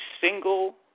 single